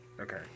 Okay